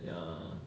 ya